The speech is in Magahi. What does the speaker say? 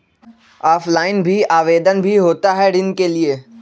ऑफलाइन भी आवेदन भी होता है ऋण के लिए?